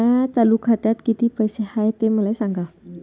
माया चालू खात्यात किती पैसे हाय ते मले सांगा